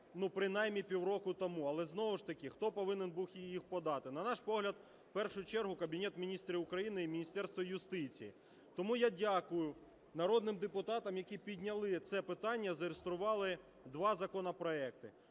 ну, принаймні пів року тому. Але знову ж таки хто повинен був їх подати? На наш погляд, в першу чергу Кабінет Міністрів України і Міністерство юстиції. Тому я дякую народним депутатам, які підняли це питання, зареєстрували два законопроекти.